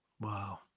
wow